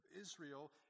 israel